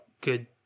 good